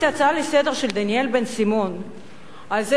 אומרים